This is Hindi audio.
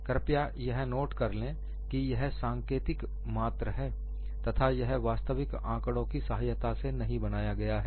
कृपया यह नोट करें कि यह सांकेतिक मात्र है तथा यह वास्तविक आंकड़ों की सहायता से नहीं बनाया गया है